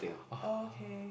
ah